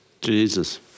Jesus